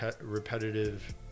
repetitive